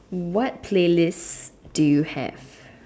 what playlist do you have